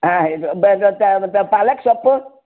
ಹಾಂ ಇದು ಪಾಲಕ್ ಸೊಪ್ಪು